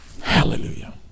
Hallelujah